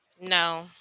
No